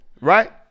right